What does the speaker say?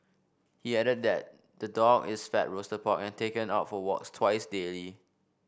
he added that the dog is fed roasted pork and taken out for walks twice daily